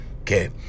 Okay